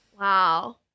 Wow